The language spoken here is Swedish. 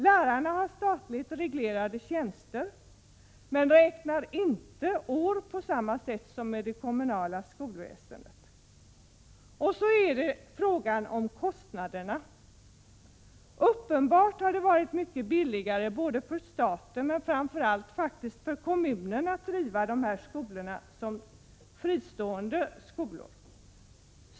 Lärarna har statligt reglerade tjänster, men räknar inte år på samma sätt som i det kommunala skolväsendet. Så har vi frågan om kostnaderna. Uppenbarligen har det varit mycket billigare både för staten och framför allt för kommunen att driva dessa skolor som fristående skolor.